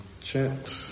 chat